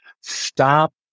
stop